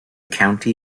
county